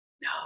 No